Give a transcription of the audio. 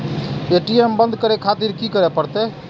ATM बंद करें खातिर की करें परतें?